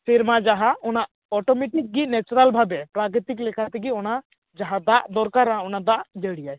ᱥᱮᱨᱢᱟ ᱡᱟᱦᱟᱸ ᱚᱱᱟ ᱚᱴᱚᱢᱮᱴᱤᱠ ᱜᱮ ᱱᱮᱪᱨᱟᱞ ᱵᱷᱟᱵᱮ ᱯᱨᱟᱠᱤᱛᱤᱠ ᱞᱮᱠᱟᱛᱮᱜᱮ ᱚᱱᱟ ᱡᱟᱦᱟᱸ ᱫᱟᱜ ᱫᱚᱨᱠᱟᱨᱚᱜᱼᱟ ᱚᱱᱟ ᱫᱟᱜ ᱡᱟᱹᱲᱤᱭᱟᱭ